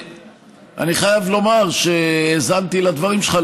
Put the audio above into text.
אני חייב לומר שהאזנתי לדברים שלך.